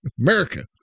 America